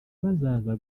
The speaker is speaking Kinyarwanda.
bazaza